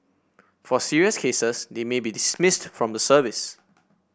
for serious cases they may be dismissed from the service